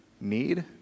need